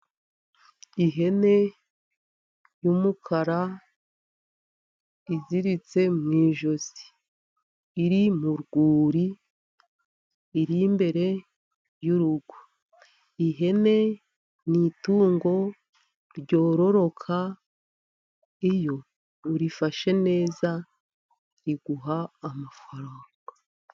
Ihene y'umukara iziritse mu ijosi, iri mu rwuri, iri imbere y'urugo. Ihene ni itungo ryororoka, iyo urifashe neza riguha amafaranga.